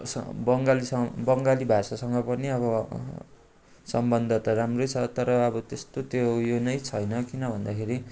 स बङ्गलीसँग बङ्गाली भाषासँग पनि अब सम्बन्ध त राम्रै छ तर अब त्यस्तो त्यो उयो नै छैन किन भन्दाखेरि